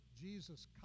Jesus